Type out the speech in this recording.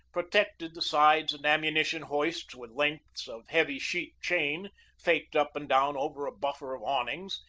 protected the sides and ammunition hoists with lengths of heavy sheet chain faked up and down over a buffer of awnings,